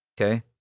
Okay